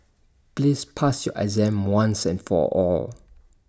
please pass your exam once and for all